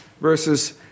verses